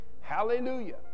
hallelujah